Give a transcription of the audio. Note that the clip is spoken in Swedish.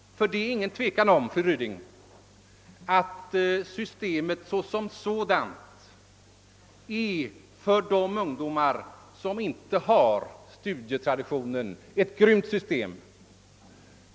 Det är nämligen ingen tvekan om, fru Ryding, att systemet såsom sådant är för de ungdomar som inte har studietradition ett grymt system.